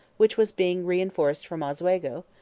which was being reinforced from oswego,